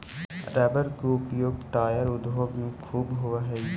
rubber के उपयोग tyre उद्योग में ख़ूब होवऽ हई